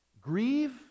Grieve